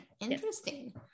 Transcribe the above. interesting